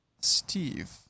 Steve